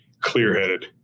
clear-headed